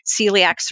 celiac